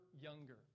younger